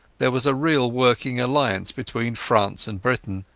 there was a real working alliance between france and britain,